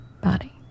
body